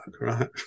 Right